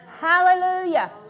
Hallelujah